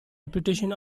reputation